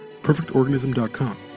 perfectorganism.com